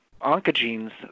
oncogenes